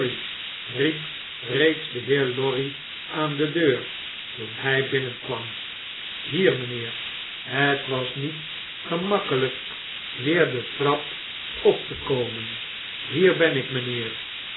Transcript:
reeds de heer lorry aan de deur toen hy bin nenk warn hier mpheer hetwasnietgemakkelijkweer de trap op te komen hier ben ik mjnheerl